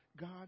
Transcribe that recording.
God